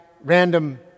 random